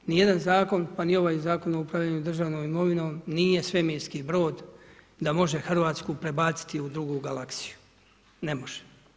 Ni jedan zakon, pa ni ovaj Zakon o upravljanjem državnom imovinom, nije svemirski brod da može Hrvatsku prebaciti u drugu galaksiju, ne može.